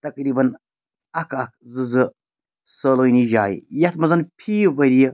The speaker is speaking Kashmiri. تقریٖباً اکھ اکھ زٕ زٕ سٲلٲنی جایہِ یَتھ منٛز فی ؤریہِ